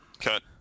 Cut